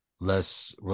less